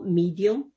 medium